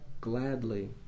gladly